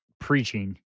preaching